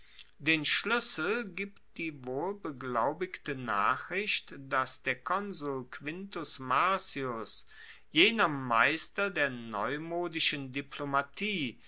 den schluessel gibt die wohl beglaubigte nachricht dass der konsul quintus marcius jener meister der neumodischen diplomatie